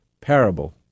parable